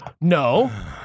No